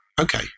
okay